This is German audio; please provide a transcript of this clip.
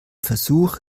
versuch